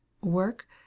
work